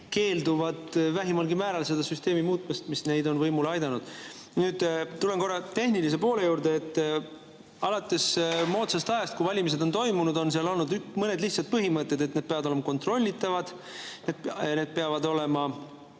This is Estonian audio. keelduvad vähimalgi määral muutmast seda süsteemi, mis neid on võimule aidanud. Nüüd tulen korra tehnilise poole juurde. Alates moodsast ajast, kui valimised on toimunud, on olnud mõned lihtsad põhimõtted: [valimised] peavad olema kontrollitavad, [tulemused] peavad olema